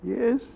Yes